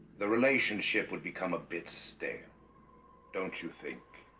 the relationship would become a bit stale don't you think